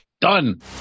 Done